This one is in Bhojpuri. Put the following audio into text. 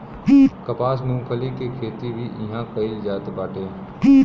कपास, मूंगफली के खेती भी इहां कईल जात बाटे